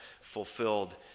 fulfilled